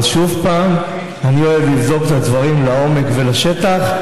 אבל שוב, אני אוהב לבדוק את הדברים לעומק ובשטח.